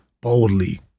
boldly